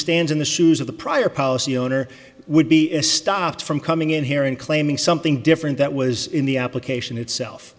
stands in the shoes of the prior policy owner would be is stopped from coming in here and claiming something different that was in the application itself